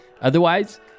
Otherwise